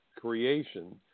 creation